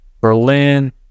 Berlin